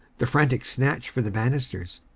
the frantic snatch for the banisters,